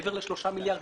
מעבר ל-3 מיליארד,